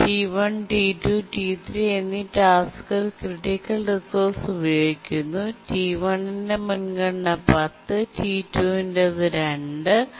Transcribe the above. T1T2T3 എന്നീ ടാസ്കുകൾ critical resource ഉപയോഗിക്കുന്നു T1 ന്റെ മുൻഗണന 10 T2 ന്റെ മുൻഗണന 2 ഉം